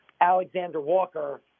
Alexander-Walker